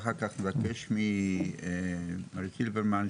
ואחר כך אבקש ממר זילברמן,